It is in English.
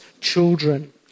children